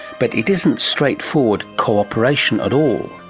but it isn't straightforward cooperation at all.